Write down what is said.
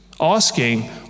asking